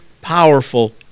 powerful